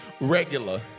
Regular